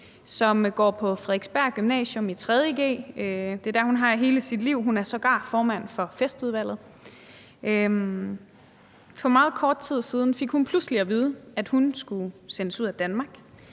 3. g på Frederiksberg Gymnasium – det er der, hun har hele sit liv, og hun er sågar formand for festudvalget. For meget kort tid siden fik hun pludselig at vide, at hun skulle sendes ud af Danmark.